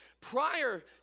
prior